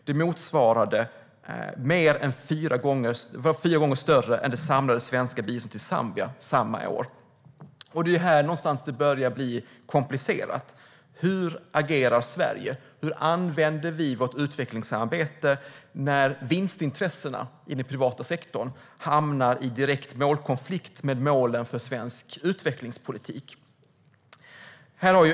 Det var fyra gånger mer än det samlade svenska biståndet till Zambia samma år. Det är här någonstans det börjar bli komplicerat. Hur agerar Sverige och hur använder vi vårt utvecklingssamarbete när vinstintressena i den privata sektorn hamnar i direkt konflikt med målen för svensk utvecklingspolitik?